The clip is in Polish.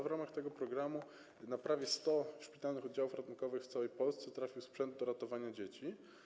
W ramach tego programu na prawie 100 szpitalnych oddziałów ratunkowych w całej Polsce trafi sprzęt do ratowania dzieci.